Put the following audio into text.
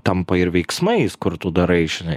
tampa ir veiksmais kur tu darai žinai